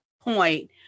point